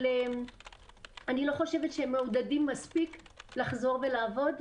אבל אני לא חושבת שהם מעודדים מספיק לחזור ולעבוד.